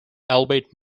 albeit